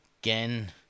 again